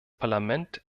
parlament